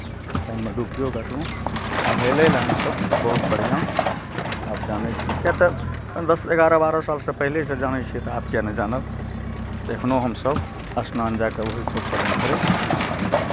पानिमे डुबकिओ काटलहुँ आ हेलय लए हमसभ बहुत बढ़िआँ आब जानै छी किएक तऽ दस एगारह बारह सालसँ पहिलेसँ जानै छियै तऽ आब किएक नहि जानब एखनहु हमसभ स्नान जा कऽ ओही पोखरिमे करै छी